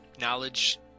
Knowledge